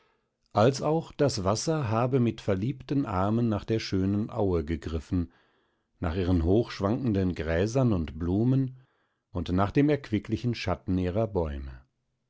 als auch das wasser habe mit verliebten armen nach der schönen aue gegriffen nach ihren hochschwankenden gräsern und blumen und nach dem erquicklichen schatten ihrer bäume